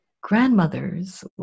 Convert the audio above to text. grandmothers